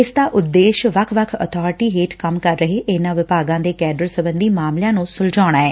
ਇਸ ਦਾ ਉਦੇਸ਼ ਵੱਖ ਵੱਖ ਅਬਾਰਟੀ ਹੇਠ ਕੰਮ ਕਰ ਰਹੇ ਇਨ੍ਹਾਂ ਵਿਭਾਗਾਂ ਦੇ ਕੈਂਡਰ ਸਬੰਧੀ ਮਾਮਲਿਆਂ ਨੁੰ ਸੁਲਝਾਉਣਾ ਐ